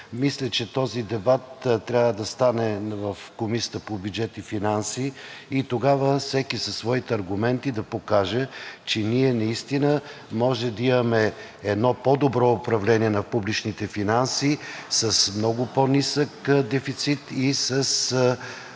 Мисля, че този дебат трябва да стане в Комисията по бюджет и финанси и тогава всеки със своите аргументи да покаже, че ние наистина може да имаме едно по-добро управление на публичните финанси с много по-нисък дефицит и с